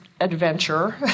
adventure